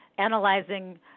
Analyzing